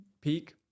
peak